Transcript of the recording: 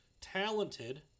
talented